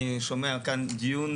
שומע כאן דיון